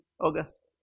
August